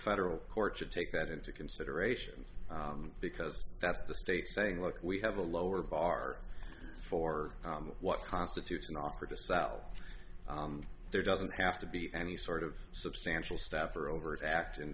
federal court should take that into consideration because that's the state's saying look we have a lower bar for what constitutes an offer to sell there doesn't have to be any sort of substantial staff or overt act